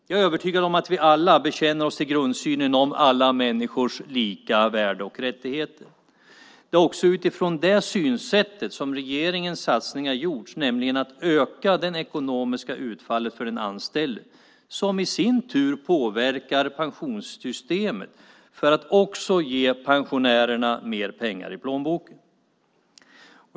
Jag är övertygad om att vi alla bekänner oss till grundsynen - alla människors lika värde och rättigheter. Det är också utifrån det synsättet som regeringens satsningar gjorts, alltså för att öka det ekonomiska utfallet för den anställde, något som i sin tur påverkar pensionssystemet så att pensionärerna får mer pengar i plånboken.